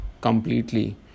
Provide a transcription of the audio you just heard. completely